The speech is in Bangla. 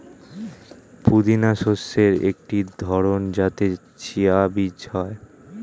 পুদিনা শস্যের একটি ধরন যাতে চিয়া বীজ হয়